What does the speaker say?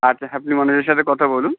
আচ্ছা হ্যাপি মানে ওর সাথে কথা বলুন